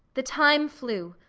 the time flew,